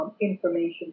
Information